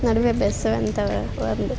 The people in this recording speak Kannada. ನಡುವೆ ಬೆಸೆಯುವಂಥ ಒಂದು